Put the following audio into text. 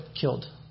killed